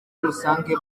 rusange